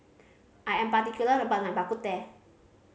I am particular about my Bak Kut Teh